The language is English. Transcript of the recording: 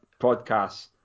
podcasts